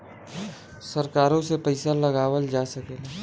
सरकारों के पइसा लगावल जा सकेला